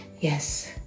yes